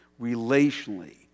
relationally